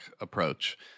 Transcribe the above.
approach